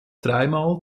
dreimal